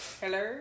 Hello